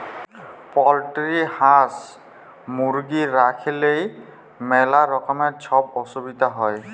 poultry হাঁস, মুরগি রাইখলেই ম্যালা রকমের ছব অসুবিধা হ্যয়